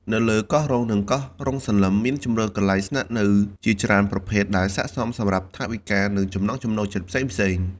នៅលើកោះរ៉ុង និងកោះរ៉ុងសន្លឹម មានជម្រើសកន្លែងស្នាក់នៅជាច្រើនប្រភេទដែលស័ក្តិសមសម្រាប់ថវិកា និងចំណង់ចំណូលចិត្តផ្សេងៗគ្នា។